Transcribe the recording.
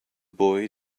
boy